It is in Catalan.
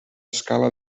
escala